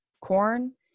corn